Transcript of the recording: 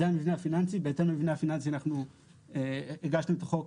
זה המבנה הפיננסי ובהתאם אליו אנחנו הנגשנו את החוק,